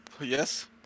Yes